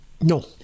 No